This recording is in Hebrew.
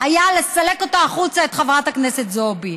היה לסלק אותה החוצה, את חברת הכנסת זועבי,